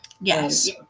Yes